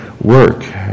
work